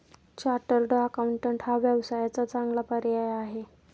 chartered accountant हा व्यवसायाचा चांगला पर्याय आहे